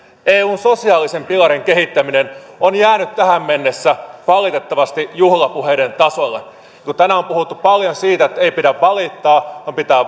eun sosiaalisen pilarin kehittäminen on jäänyt tähän mennessä valitettavasti juhlapuheiden tasolle kun tänään on puhuttu paljon siitä että ei pidä valittaa vaan pitää